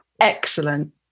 excellent